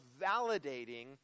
validating